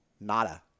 nada